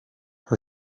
her